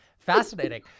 fascinating